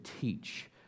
teach